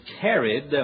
carried